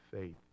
faith